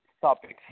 topics